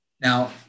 now